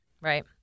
Right